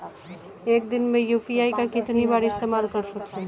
एक दिन में यू.पी.आई का कितनी बार इस्तेमाल कर सकते हैं?